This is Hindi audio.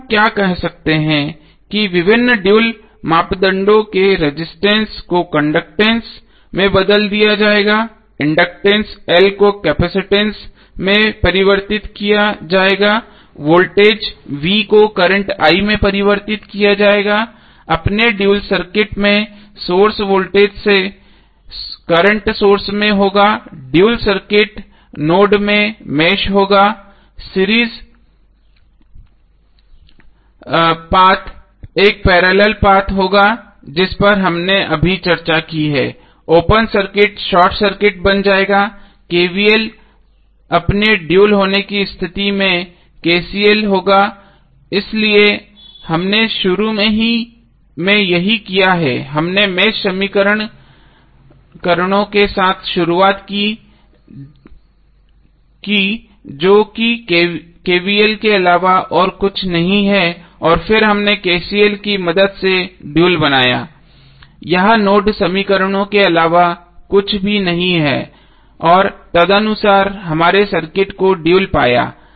तो हम क्या कह सकते हैं कि विभिन्न ड्यूल मापदंडों के रेजिस्टेंस को कंडक्टैंस में बदल दिया जाएगा इंडक्टेंस L को केपसिटंस में परिवर्तित किया जाएगा वोल्टेज V को करंट I में परिवर्तित किया जाएगा अपने ड्यूल सर्किट में सोर्स वोल्टेज सोर्स से करंट सोर्स में होगा ड्यूल सर्किट नोड में मेष होगा सीरीज पाथ एक पैरेलल पाथ होगा जिस पर हमने अभी चर्चा की है ओपन सर्किट शॉर्ट सर्किट बन जाएगा KVL अपने ड्यूल होने की स्थिति में KCL होगा इसलिए हमने शुरू में यही किया है हमने मेष समीकरण ों के साथ शुरुआत की जो कि KVL के अलावा और कुछ नहीं हैं और फिर हमने KCL की मदद से ड्यूल बनाया यह नोड समीकरणों के अलावा कुछ भी नहीं है और तदनुसार हमने सर्किट को ड्यूल पाया